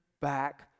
back